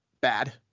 bad